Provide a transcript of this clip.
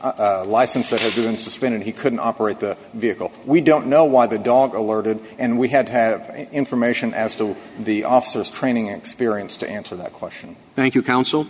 a license for doing suspended he couldn't operate the vehicle we don't know why the dog alerted and we had to have information as to the officers training experience to answer that question thank you counsel